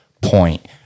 point